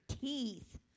teeth